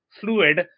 fluid